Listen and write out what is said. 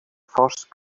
first